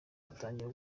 rutangira